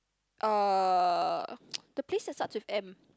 uh the place that starts with M